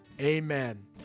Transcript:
amen